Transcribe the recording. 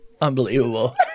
Unbelievable